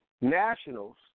nationals